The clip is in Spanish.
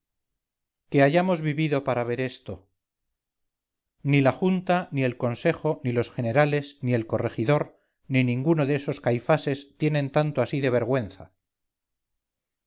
que hayamos vivido para ver esto ni la junta ni el consejo ni los generales ni el corregidor ni ninguno de esos caifases tienen tanto así de vergüenza